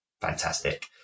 fantastic